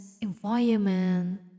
environment